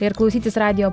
ir klausytis radijo